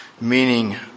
meaning